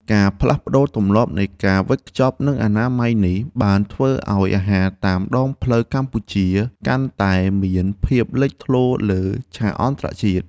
ការផ្លាស់ប្តូរទម្លាប់នៃការវេចខ្ចប់និងអនាម័យនេះបានធ្វើឱ្យអាហារតាមដងផ្លូវកម្ពុជាកាន់តែមានភាពលេចធ្លោលើឆាកអន្តរជាតិ។